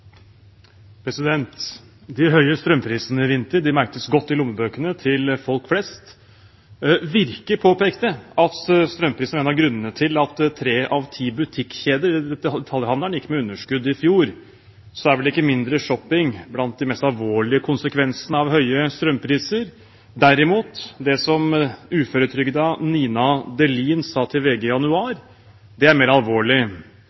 avgi. De høye strømprisene i vinter kunne merkes godt i lommebøkene til folk flest. Virke påpekte at strømprisene var en av grunnene til at tre av ti butikkjeder i detaljhandelen gikk med underskudd i fjor. Så er vel ikke mindre shopping blant de mest alvorlige konsekvensene av høye strømpriser. Derimot er det som uføretrygdede Nina Dehlin sa til VG i januar, mer alvorlig.